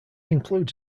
includes